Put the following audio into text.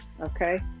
okay